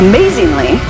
Amazingly